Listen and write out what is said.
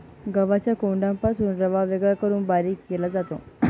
गव्हाच्या कोंडापासून रवा वेगळा करून बारीक केला जातो